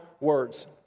words